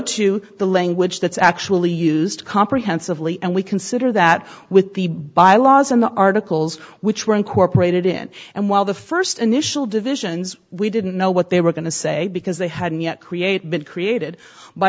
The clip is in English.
to the language that's actually used comprehensively and we consider that with the bylaws and the articles which were incorporated in and while the first initial divisions we didn't know what they were going to say because they hadn't yet create been created by